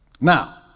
Now